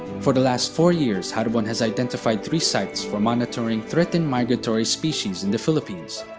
for the last four years, haribon has identified three sites for monitoring threatened migratory species in the philippines.